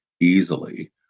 easily